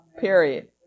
period